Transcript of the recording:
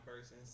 person